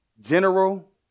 general